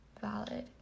valid